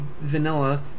vanilla